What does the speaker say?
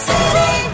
City